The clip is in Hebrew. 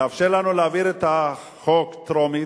לאפשר לנו להעביר את החוק בקריאה טרומית.